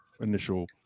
initial